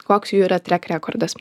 koks jų yra trek rekordas